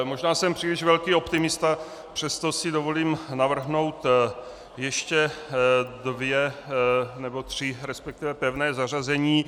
Možná jsem příliš velký optimista, přesto si dovolím navrhnout ještě dvě, nebo respektive tři pevná zařazení.